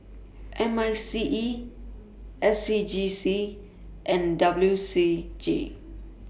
M I C E S C G C and W C G